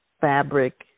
fabric